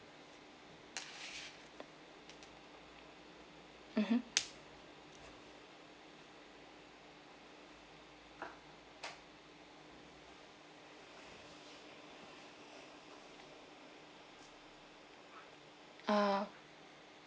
mmhmm ah